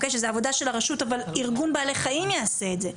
שזאת עבודה של הרשות אבל ארגון בעלי חיים יעשה את זה.